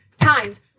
times